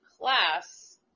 class